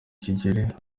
kigeli